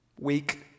Weak